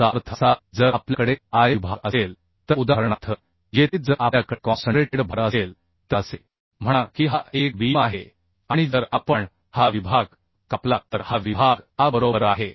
याचा अर्थ असा की जर आपल्याकडे I विभाग असेल तर उदाहरणार्थ येथे जर आपल्याकडे कॉन्सन्ट्रेटेड भार असेल तर असे म्हणा की हा एक बीम आहे आणि जर आपण हा विभाग कापला तर हा विभाग a बरोबर आहे